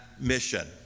mission